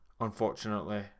Unfortunately